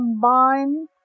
combine